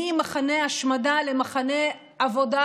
ממחנה השמדה למחנה עבודה,